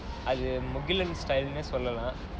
அது:athu mugilan style சொல்லலாம்:sollalaam